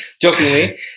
jokingly